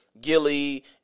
gilly